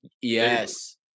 yes